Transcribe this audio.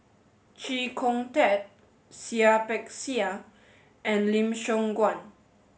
Chee Kong Tet Seah Peck Seah and Lim Siong Guan